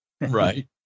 Right